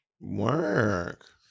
Work